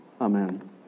Amen